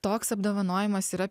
toks apdovanojimas yra